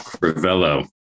Ravello